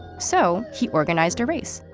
so he organized a race.